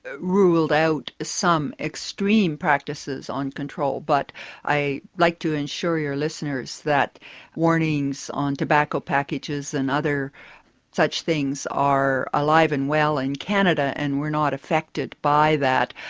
ruled out some extreme practices on control, but i like to assure your listeners that warnings on tobacco packages and other such things are alive and well in canada, and we're not affected by that.